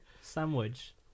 sandwich